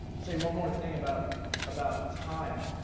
say one more thing about about time,